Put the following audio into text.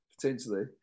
potentially